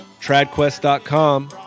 tradquest.com